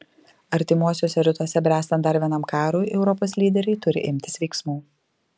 artimuosiuose rytuose bręstant dar vienam karui europos lyderiai turi imtis veiksmų